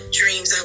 dreams